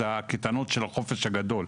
היא הקייטנות של החופש הגודל.